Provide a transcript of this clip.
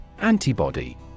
Antibody